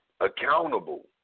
accountable